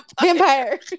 Vampire